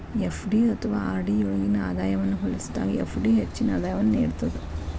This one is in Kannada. ಎಫ್.ಡಿ ಅಥವಾ ಆರ್.ಡಿ ಯೊಳ್ಗಿನ ಆದಾಯವನ್ನ ಹೋಲಿಸಿದಾಗ ಎಫ್.ಡಿ ಹೆಚ್ಚಿನ ಆದಾಯವನ್ನು ನೇಡ್ತದ